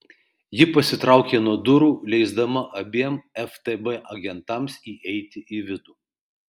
ji pasitraukė nuo durų leisdama abiem ftb agentams įeiti į vidų